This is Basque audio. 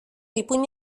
ipuin